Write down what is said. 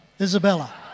Isabella